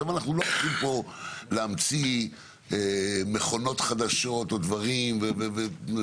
אנחנו לא מתכוונים להמציא פה מכונות חדשות או דברים כאלה,